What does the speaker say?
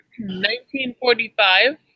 1945